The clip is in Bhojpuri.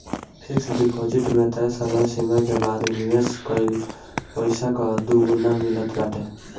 फिक्स डिपोजिट में तय समय सीमा के बाद निवेश कईल पईसा कअ दुगुना मिलत बाटे